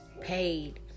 paid